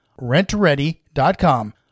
rentready.com